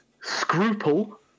scruple